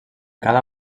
cada